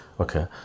Okay